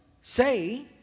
Say